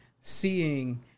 seeing